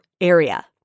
area